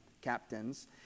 captains